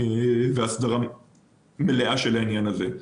והסדרה מלאה של העניין הזה.